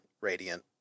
radiant